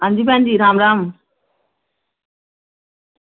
अंजी भैन जी राम राम